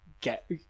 get